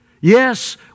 Yes